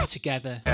together